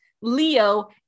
Leo